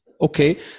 okay